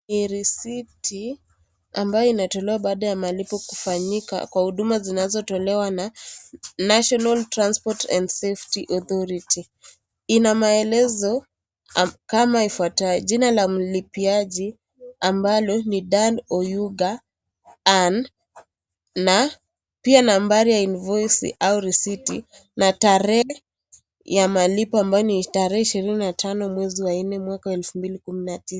Hii risiti ambayo inatolewa baada ya malipo kufanyika kwa huduma zinazotolewa na National Transport and Safety Authority. Ina maelezo kama ifuatayo, jina ya mlipiaji ambalo ni Dan Oyuga (cs) and(cs) na pia nambari ya(cs) invoisi (cs) au risiti na tarehe ya malipo ambayo ni tarehe 25/04/2019.